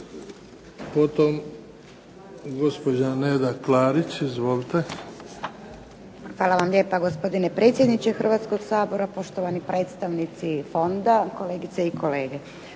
Potom gospođa Neda Klarić, izvolite. **Klarić, Nedjeljka (HDZ)** Hvala vam lijepa, gospodine predsjedniče Hrvatskoga sabora. Poštovani predstavnici Fonda, kolegice i kolege.